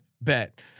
Bet